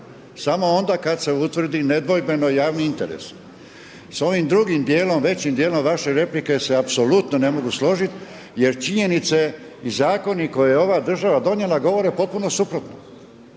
samo onda kad se utvrdi nedvojbeno javni interes. Sa ovim drugim dijelom, većim dijelom vaše replike se apsolutno ne mogu složiti. Jer činjenica je i zakoni koje je ova država donijela govore potpuno suprotno,